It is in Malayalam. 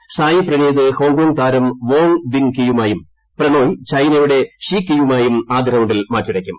നീഹ്ലായി പ്രണീത് ഗോംങ്കോഗ് താരം വോങ് വിങ് കീയ്യിമ്മായും പ്രണോയ് ചൈനയുടെ ഷിയൂകീയുമായും ആദ്യ റൌണ്ടിൽ മാറ്റുരയ്ക്കും